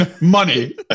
money